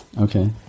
okay